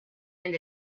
and